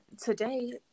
today